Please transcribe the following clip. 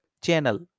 channel